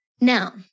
Now